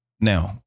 now